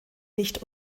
nicht